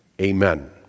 Amen